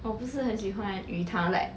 我不是很喜欢鱼汤 like